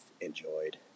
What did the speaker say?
enjoyed